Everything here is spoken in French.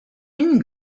une